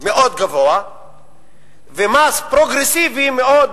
מאוד גבוה ומס פרוגרסיבי מאוד